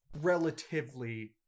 relatively